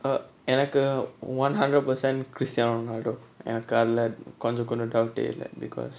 uh எனக்கு:enaku one hundred per cent cristiano ronaldo எனக்கு:enaku karla கொஞ்சோ கூட:konjo kooda doubt eh இல்ல:illa because